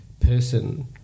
person